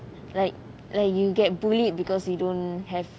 like like you get bullied because you don't have